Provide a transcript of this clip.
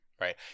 Right